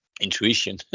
intuition